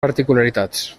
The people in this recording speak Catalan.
particularitats